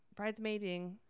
Bridesmaiding